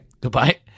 Goodbye